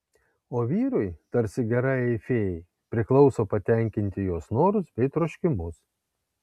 o vyrui tarsi gerajai fėjai priklauso patenkinti jos norus bei troškimus